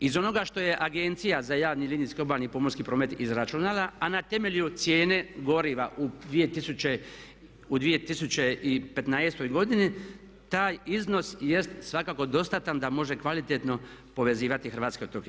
Iz onoga što je agencija za javni linijski obalni pomorski promet izračunala a na temelju cijene goriva u 2015. godini taj iznos jest svakako dostatan da može kvalitetno povezivati hrvatske otoke.